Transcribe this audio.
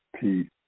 Peace